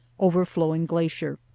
overflowing glacier.